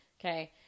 Okay